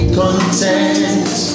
content